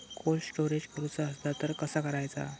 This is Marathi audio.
कोल्ड स्टोरेज करूचा असला तर कसा करायचा?